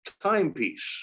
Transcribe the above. timepiece